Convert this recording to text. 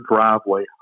driveway